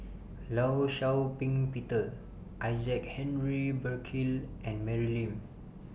law Shau Ping Peter Isaac Henry Burkill and Mary Lim